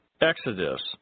Exodus